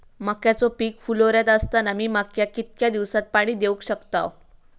मक्याचो पीक फुलोऱ्यात असताना मी मक्याक कितक्या दिवसात पाणी देऊक शकताव?